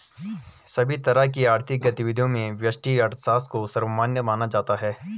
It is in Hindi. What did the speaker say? सभी तरह की आर्थिक गतिविधियों में व्यष्टि अर्थशास्त्र को सर्वमान्य माना जाता है